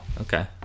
okay